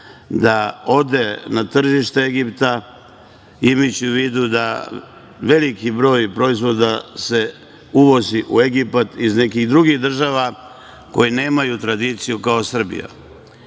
da ode na tržište Egipta, imajući u vidu da se veliki broj proizvoda uvozi u Egipat iz nekih drugih država koje nemaju tradiciju kao Srbija. Do